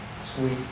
sweet